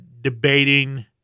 debating